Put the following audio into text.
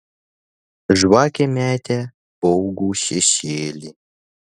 žvakė metė baugų šešėlį